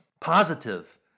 Positive